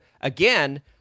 again